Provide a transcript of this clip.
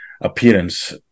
appearance